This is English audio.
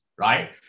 right